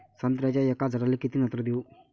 संत्र्याच्या एका झाडाले किती नत्र देऊ?